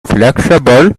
flexible